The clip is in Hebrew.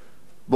מה קרה?